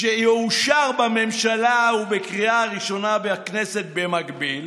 שיאושר בממשלה ובקריאה ראשונה בכנסת במקביל,